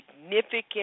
significant